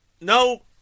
No